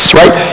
right